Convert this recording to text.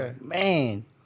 Man